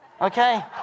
Okay